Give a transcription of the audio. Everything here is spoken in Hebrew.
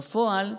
בפועל,